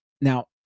Now